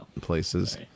places